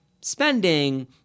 spending